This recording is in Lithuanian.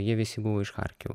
jie visi buvo iš charkivo